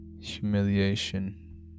humiliation